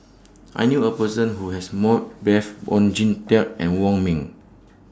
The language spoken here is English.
I knew A Person Who has More Oon Jin Teik and Wong Ming